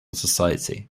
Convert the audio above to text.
society